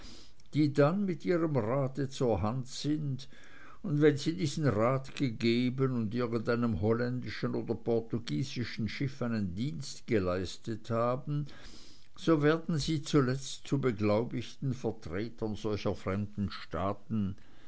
wissen dann mit ihrem rat zur hand sind und wenn sie diesen rat gegeben und irgendeinem holländischen oder portugiesischen schiff einen dienst geleistet haben so werden sie zuletzt zu beglaubigten vertretern solcher fremder staaten